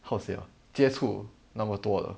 how say ah 接触那么多了